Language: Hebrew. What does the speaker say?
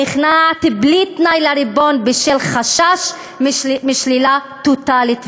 הנכנעת בלי תנאי לריבון בשל חשש משלילה טוטלית וחיסול.